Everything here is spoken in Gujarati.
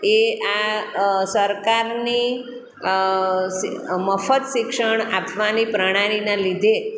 એ આ સરકારની મફત શિક્ષણ આપવાની પ્રણાલીને લીધે